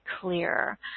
clear